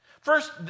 First